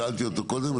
שאלתי אותו קודם,